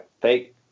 fake